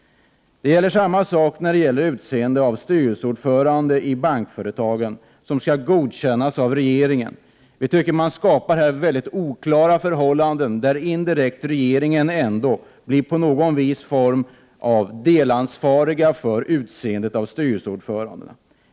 Detsamma gäller för val av styrelseordförande i bankföretagen, som skall godkännas av regeringen. Man skapar här mycket oklara förhållanden, där regeringen indirekt ändå blir delansvarig för valet av styrelseordförande.